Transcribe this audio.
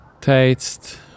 Taste